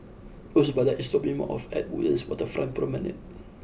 Osvaldo is dropping me off at Woodlands Waterfront Promenade